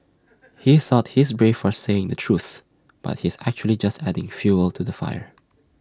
he thought he's brave for saying the truth but he's actually just adding fuel to the fire